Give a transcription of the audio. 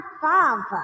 father